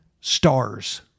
stars